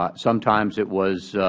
but sometimes it was